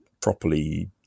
properly